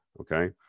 okay